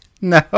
No